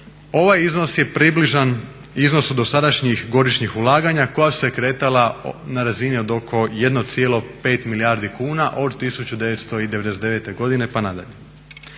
Ovaj iznos je približan iznosu dosadašnjih godišnjih ulaganja koja su se kretala na razini od oko 1,5 milijardi kuna od 1999. godine pa nadalje.